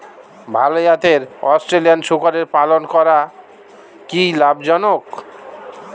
ভাল জাতের অস্ট্রেলিয়ান শূকরের পালন করা কী লাভ জনক?